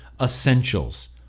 essentials